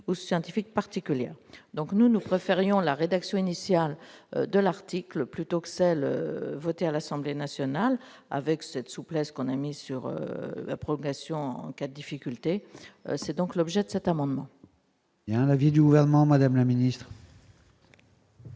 ou scientifiques particulière, donc nous nous préférions la rédaction initiale de l'article plutôt que celle votée à l'Assemblée nationale avec cette souplesse qu'on a mis sur la progression enquête difficulté c'est donc l'objet de cet amendement. Il y a un l'avis du gouvernement Madame la milice.